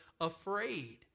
afraid